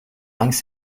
langs